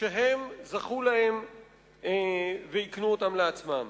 שהם זכו להן והקנו אותן לעצמם.